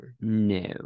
No